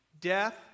death